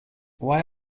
why